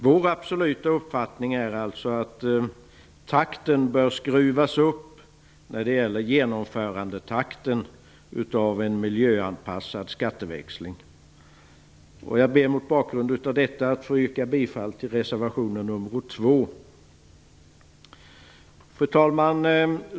Vår absoluta uppfattning är alltså att takten i genomförandet av en miljöanpassad skatteväxling bör skruvas upp. Jag ber mot bakgrund av detta att få yrka bifall till reservation nr 2. Fru talman!